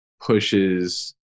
pushes